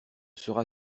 sera